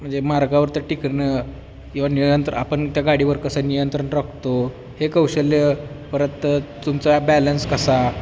म्हणजे मार्गावर तर टिकणं किंवा नियंत्रण आपण त्या गाडीवर कसा नियंत्रण राखतो हे कौशल्य परत तुमचा बॅलन्स कसा